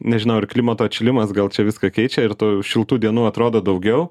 nežinau ar klimato atšilimas gal čia viską keičia ir tų šiltų dienų atrodo daugiau